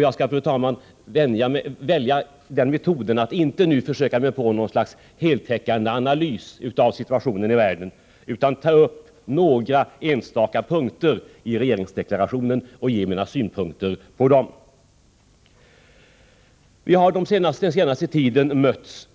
Jag skall, fru talman, välja metoden att inte försöka mig på något slags heltäckande analys av situationen i världen utan ta upp några enstaka punkter i regeringsdeklarationen och ge mina synpunkter på dem. Vi har den senaste tiden mötts